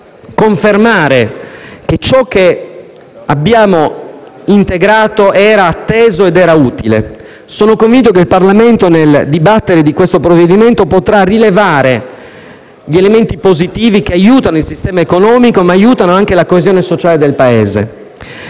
potrà conformare che ciò che abbiamo integrato era atteso ed era utile. Sono convinto che il Parlamento, nel dibattere su questo provvedimento, potrà rilevare gli elementi positivi che aiutano il sistema economico, ma aiutano anche la coesione sociale del Paese.